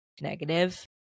negative